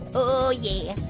oh yeah.